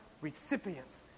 recipients